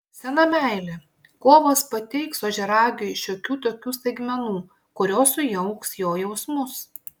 sena meilė kovas pateiks ožiaragiui šiokių tokių staigmenų kurios sujauks jo jausmus